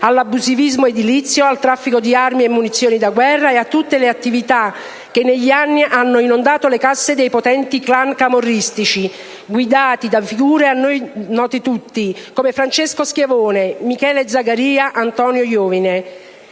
all'abusivismo edilizio, al traffico di armi e munizioni da guerra e a tutte le attività che negli anni hanno inondato le casse dei potenti *clan* camorristici guidati da figure a noi tutti note, come Francesco Schiavone, Michele Zagaria, Antonio Iovine.